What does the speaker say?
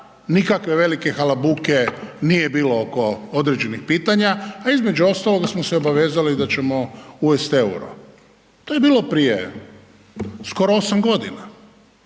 nikakve velike halabuke nije bilo oko određenih pitanja, a između ostaloga smo se obavezali da ćemo uvesti EUR-o. To je bilo prije skoro 8 godina.